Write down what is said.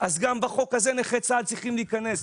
אז גם בחוק הזה נכי צה"ל צריכים להיכנס.